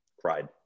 cried